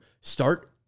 start